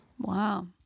Wow